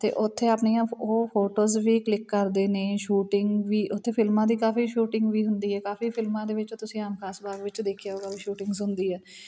ਅਤੇ ਉੱਥੇ ਆਪਣੀਆਂ ਉਹ ਫੋਟੋਜ਼ ਵੀ ਕਲਿੱਕ ਕਰਦੇ ਨੇ ਸ਼ੂਟਿੰਗ ਵੀ ਉੱਥੇ ਫਿਲਮਾਂ ਦੀ ਕਾਫੀ ਸ਼ੂਟਿੰਗ ਵੀ ਹੁੰਦੀ ਹੈ ਕਾਫੀ ਫਿਲਮਾਂ ਦੇ ਵਿੱਚ ਤੁਸੀਂ ਆਮ ਖਾਸ ਬਾਗ ਵਿੱਚ ਦੇਖਿਆ ਹੋਊ ਸ਼ੂਟਿੰਗਸ ਹੁੰਦੀ ਹੈ